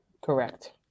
correct